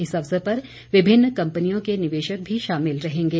इस अवसर पर विभिन्न कंपनियों के निवेशक भी शामिल रहेंगे